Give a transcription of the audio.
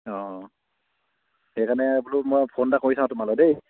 অঁ সেইকাৰণে বোলো মই ফোন এটা কৰি চাওঁ তোমালৈ দেই